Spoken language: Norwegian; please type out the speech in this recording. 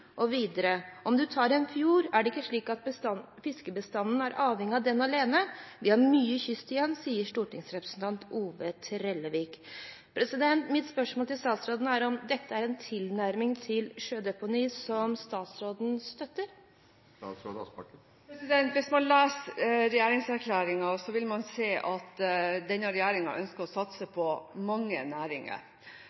Og videre: «Om du tar en fjord, er det ikke slik at bestanden er avhengig av den alene. Vi har mye kyst igjen». Det sier stortingsrepresentant Ove Bernt Trellevik. Mitt spørsmål til statsråden er om dette er en tilnærming til sjødeponi som statsråden støtter. Hvis man leser regjeringserklæringen, vil man se at denne regjeringen ønsker å satse